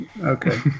Okay